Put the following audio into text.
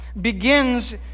begins